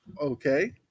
Okay